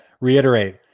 reiterate